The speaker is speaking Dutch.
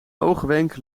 oogwenk